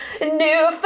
new